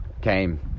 came